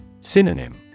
Synonym